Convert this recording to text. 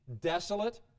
desolate